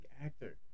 actor